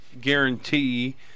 guarantee